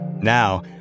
Now